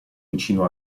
vicino